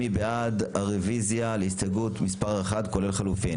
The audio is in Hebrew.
מי בעד הרוויזיה על הסתייגות מספר 15?